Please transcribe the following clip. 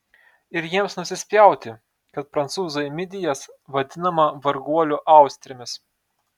ir jiems nusispjauti kad prancūzai midijas vadinama varguolių austrėmis